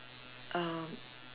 um